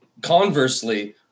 conversely